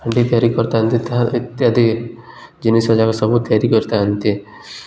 ହାଣ୍ଡି ତିଆରି କରିଥାନ୍ତି ତା ଇତ୍ୟାଦି ଜିନିଷ ଯାକ ସବୁ ତିଆରି କରିଥାନ୍ତି